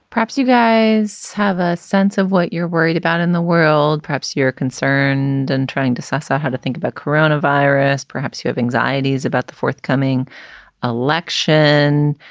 perhaps you guys have a sense of what you're worried about in the world. perhaps you're concerned and trying to suss out how to think about coronavirus. perhaps you have anxieties about the forthcoming election.